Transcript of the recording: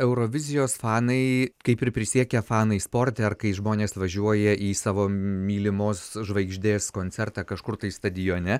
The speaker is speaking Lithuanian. eurovizijos fanai kaip ir prisiekę fanai sporte ar kai žmonės važiuoja į savo mylimos žvaigždės koncertą kažkur tai stadione